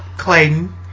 Clayton